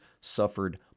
suffered